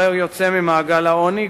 הרי הוא יוצא ממעגל העוני,